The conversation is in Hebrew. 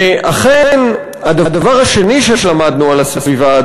ואכן הדבר השני שלמדנו על הסביבה,